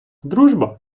дружба